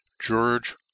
George